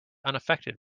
unaffected